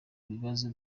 bibazo